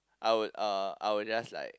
I would uh I would just like